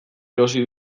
erosi